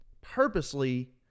purposely